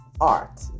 art